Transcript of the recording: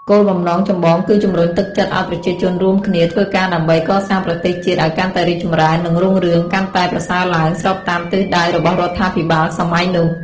គោលបំណងចម្បងគឺជំរុញទឹកចិត្តឱ្យប្រជាជនរួមគ្នាធ្វើការដើម្បី កសាងប្រទេសជាតិឲ្យកាន់តែរីកចម្រើន និងរុងរឿង កាន់តែប្រសើរឡើង ស្របតាមទិសដៅរបស់រដ្ឋាភិបាលសម័យនោះ។